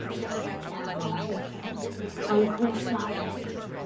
we sit down on our bottoms and cross our legs.